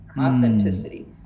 authenticity